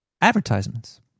advertisements